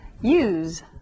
use